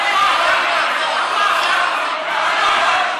תחזרו לבית שלכם בפח האשפה שנקרא עזה,